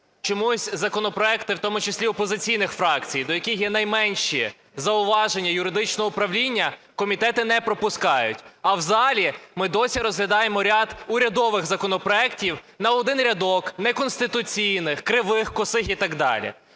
Чомусь законопроекти, в тому числі опозиційних фракцій, до яких є найменші зауваження юридичного управління, комітети не пропускають. А в залі ми досі розглядаємо ряд урядових законопроектів на один рядок, неконституційних, кривих, косих і так далі.